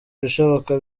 ibishoboka